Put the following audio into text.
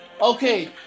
okay